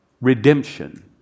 redemption